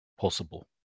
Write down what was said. possible